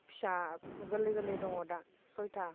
फिसा गोरलै गोरलै दङ दा सयथा